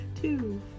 Two